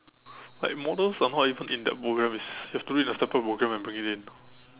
like models are not even in that programme it's you have to make an after programme and bring it in